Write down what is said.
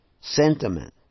sentiment